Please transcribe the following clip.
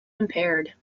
impaired